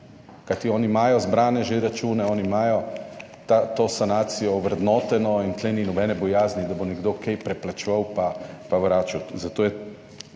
Kajti oni imajo zbrane že račune, oni imajo to sanacijo ovrednoteno in tu ni nobene bojazni, da bo nekdo kaj preplačeval, pa vračal. Da se